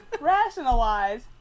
Rationalize